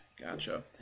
Gotcha